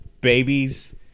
babies